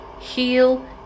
Heal